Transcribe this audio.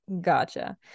Gotcha